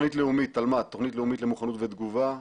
תכנית לאומית למוכנות ותגובה,